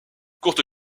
courte